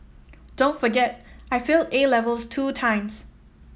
don't forget I failed A levels two times